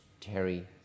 Terry